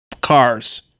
cars